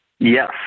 Yes